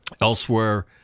elsewhere